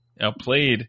outplayed